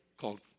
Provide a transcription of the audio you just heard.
Called